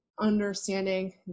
understanding